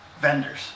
vendors